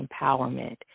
empowerment